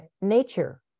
nature